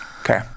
Okay